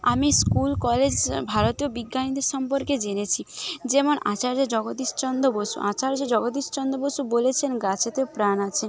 আমি school college ভারতীয় বিজ্ঞানীদের সম্পর্কে জেনেছি যেমন আচার্য জগদীশ চন্দ্র বসু আচার্য জগদীশ চন্দ্র বসু বলেছেন গাছেতেও প্রাণ আছে